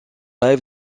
live